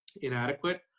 inadequate